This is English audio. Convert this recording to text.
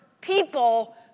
people